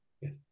Yes